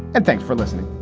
and thanks for listening